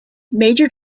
major